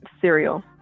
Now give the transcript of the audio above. cereal